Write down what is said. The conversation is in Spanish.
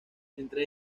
entre